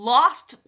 Lost